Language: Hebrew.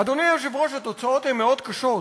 אדוני היושב-ראש, התוצאות הן מאוד קשות.